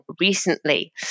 recently